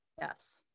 Yes